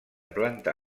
planta